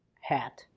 hat